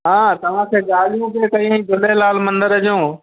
हा तव्हां हुते ॻाल्हियूं पिए कयूं झूलेलाल मंदर जूं